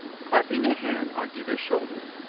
clapping a hand on either shoulder,